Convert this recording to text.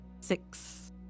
six